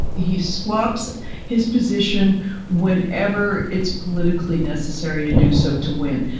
he swaps his position whenever it's politically necessary to do so, to win.